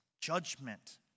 judgment